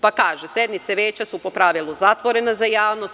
Pa, kaže – Sednice veća su po pravilu zatvorene za javnost.